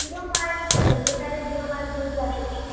zero line पर चलिए पहले ज़ीरो लाइन घूम कर आते हैं